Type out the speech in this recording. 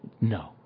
No